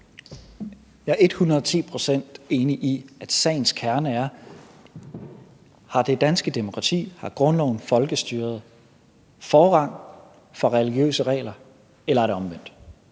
og ti procent enig i, at sagens kerne er: Har det danske demokrati, har grundloven, folkestyret, forrang for religiøse regler, eller er det omvendt?